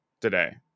today